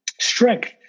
strength